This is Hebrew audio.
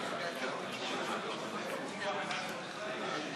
52 חברי כנסת, 37 מתנגדים,